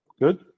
Good